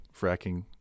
fracking